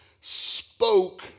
spoke